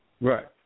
Right